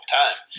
time